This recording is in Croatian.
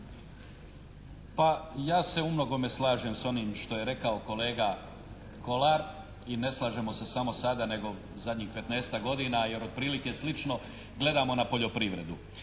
Pa ja se u mnogome slažem s onim što je rekao kolega Kolar i ne slažemo se samo sada nego zadnjih 15-ak godina jer otprilike slično gledamo na poljoprivredu.